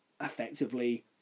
effectively